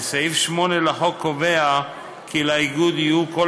וסעיף 8 לחוק קובע כי לאיגוד יהיו כל